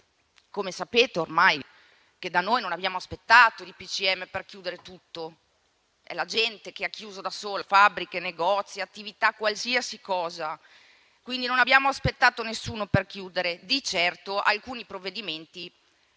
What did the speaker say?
come sapete ormai - che da noi non abbiamo aspettato i DPCM per chiudere tutto. È la gente che da sola ha chiuso fabbriche, negozi, attività, qualsiasi cosa. Quindi non abbiamo aspettato nessuno per chiudere. Di certo si faceva fatica